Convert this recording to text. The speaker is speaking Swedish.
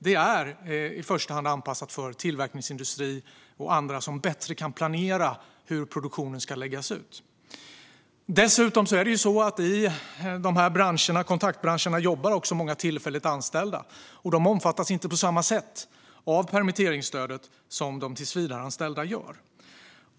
Det är i första hand anpassat för tillverkningsindustri och andra som bättre kan planera hur produktionen ska läggas ut. I kontaktbranscherna jobbar dessutom många tillfälligt anställda. De omfattas inte på samma sätt av permitteringsstödet som tillsvidareanställda gör.